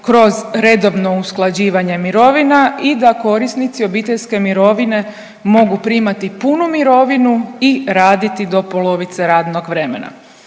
kroz redovno usklađivanje mirovina i da korisnici obiteljske mirovine mogu primati punu mirovinu i raditi do polovice radnog vremena.